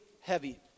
heavy